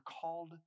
called